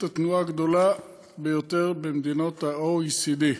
התנועה הגדולה ביותר במדינות ה-OECD.